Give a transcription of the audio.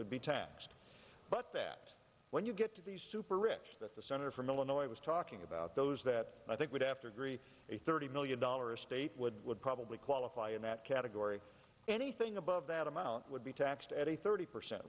would be taxed but that when you get to the super rich that the senator from illinois was talking about those that i think would have to agree a thirty million dollar estate would would probably qualify in that category anything above that amount would be taxed at a thirty percent